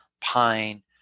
pine